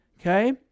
Okay